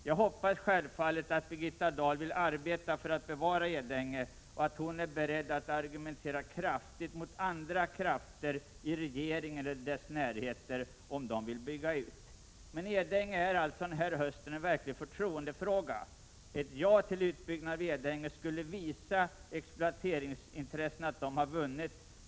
Jag hoppas självfallet att Birgitta Dahl vill arbeta för att bevara Edänge och att hon är beredd att argumentera starkt mot andra krafter i regeringen eller i dess närhet som vill ha en utbyggnad. Frågan om Edänge är alltså denna höst en verklig förtroendefråga. Ett ja till en utbyggnad av Edänge skulle visa att exploateringsintressena har vunnit.